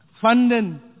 funding